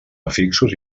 afixos